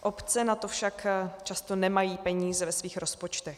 Obce na to však často nemají peníze ve svých rozpočtech.